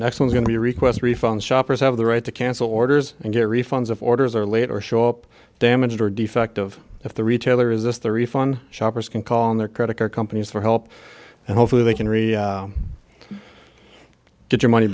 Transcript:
next i'm going to request refunds shoppers have the right to cancel orders and get refunds of orders or late or show up damaged or defective if the retailer is this the refund shoppers can call in their credit card companies for help and hopefully they can read get your money